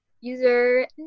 user